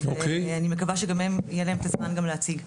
אני מקווה שגם הם יהיה להם את הזמן להציג.